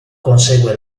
consegue